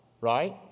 right